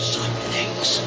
Something's